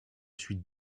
suis